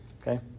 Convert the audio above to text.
okay